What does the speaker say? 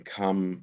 come